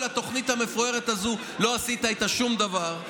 התוכנית המפוארת הזו לא עשית שום דבר,